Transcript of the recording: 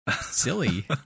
Silly